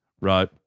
right